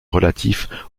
relatif